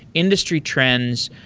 industry trends.